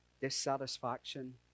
dissatisfaction